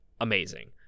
amazing